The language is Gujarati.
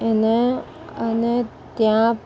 એને અને ત્યાં